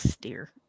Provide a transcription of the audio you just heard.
dear